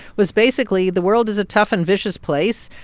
was basically, the world is a tough and vicious place.